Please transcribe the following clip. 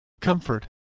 comfort